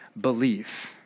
belief